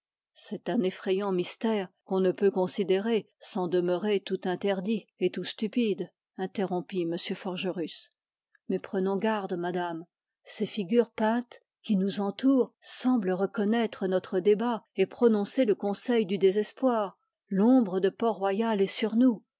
est refusée c'est un effrayant mystère qu'on ne peut considérer sans demeurer tout interdit et tout stupide mais prenons garde madame ces figures peintes qui nous entourent semblent reconnaître notre débat et prononcer le conseil du désespoir l'ombre de port-royal est sur nous